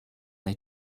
they